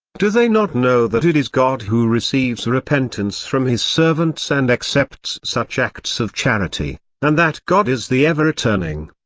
do they not know that it is god who receives repentance from his servants and accepts such acts of charity, and that god is the ever-returning,